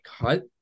cut